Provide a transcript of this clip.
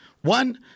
One